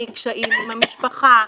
מקשיים עם המשפחה,